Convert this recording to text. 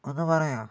ഒന്നു പറയുമോ